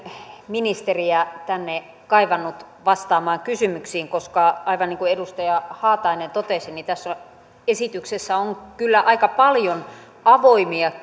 ministeriä tänne kaivannut vastaamaan kysymyksiin koska aivan niin kuin edustaja haatainen totesi tässä esityksessä on kyllä aika paljon avoimia